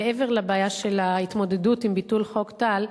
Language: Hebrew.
מעבר לבעיה של ההתמודדות עם ביטול חוק טל,